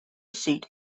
seat